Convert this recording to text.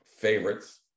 favorites